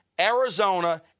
Arizona